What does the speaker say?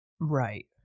Right